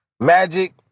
Magic